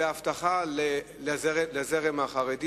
בהבטחה לזרם החרדי,